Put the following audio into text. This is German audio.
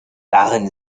daran